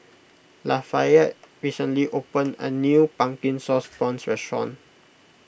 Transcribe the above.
Lafayette recently opened a new Pumpkin Sauce Prawns restaurant